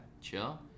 chill